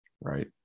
Right